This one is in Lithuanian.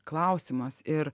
klausimas ir